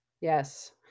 yes